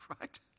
right